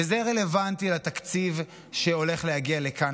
וזה רלוונטי לתקציב שהולך להגיע לכאן,